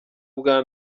ubwa